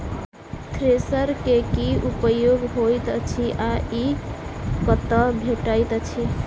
Thresher केँ की उपयोग होइत अछि आ ई कतह भेटइत अछि?